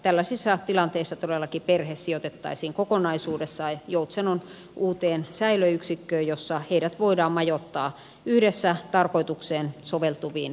tällaisissa tilanteissa todellakin perhe sijoitettaisiin kokonaisuudessaan joutsenon uuteen säilöyksikköön jossa heidät voidaan majoittaa yhdessä tarkoitukseen soveltuviin tiloihin